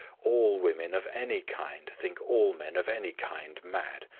all women of any kind think all men of any kind mad.